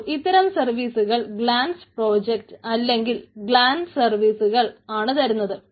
അപ്പോൾ ഇത്തരം സർവീസുകൾ ഗളാൻസ് പ്രോജക്റ്റ് അല്ലെങ്കിൽ ഗളാൻസ് സർവീസുകൾ ആണ് തരുന്നത്